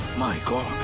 my god!